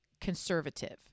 conservative